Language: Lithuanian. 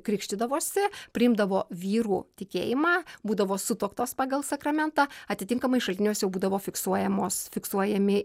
krikštydavosi priimdavo vyrų tikėjimą būdavo sutuoktos pagal sakramentą atitinkamai šaltiniuose jau būdavo fiksuojamos fiksuojami